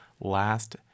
last